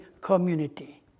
community